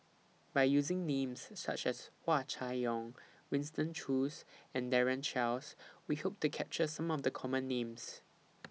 By using Names such as Hua Chai Yong Winston Choos and Daren Shiau We Hope to capture Some of The Common Names